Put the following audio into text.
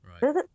Right